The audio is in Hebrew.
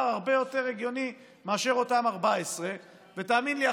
הרבה יותר הגיוני מאשר אותם 14. ותאמין לי,